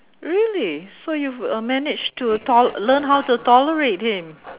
really so you've uh managed to tol~ learnt how to tolerate him